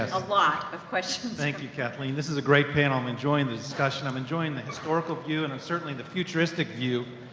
a lot of questions. thank you, kathleen. this is a great panel and i'm enjoying the discussion. i'm enjoying the historical view and and certainly the futuristic view.